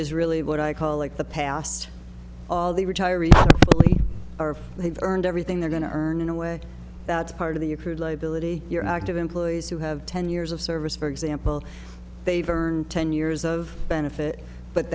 is really what i call like the past all the retirees are they've earned everything they're going to earn in a way that's part of the improved liability you're active employees who have ten years of service for example they've earned ten years of benefit but